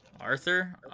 Arthur